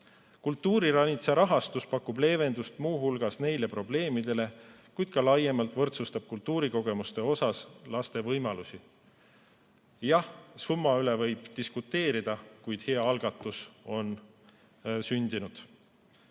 Kultuuriranitsa rahastus pakub leevendust muu hulgas neile probleemidele, kuid võrdsustab ka laiemalt kultuurikogemuste saamisel laste võimalusi. Jah, summa üle võib diskuteerida, kuid hea algatus on sündinud.